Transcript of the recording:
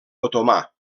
otomà